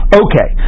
okay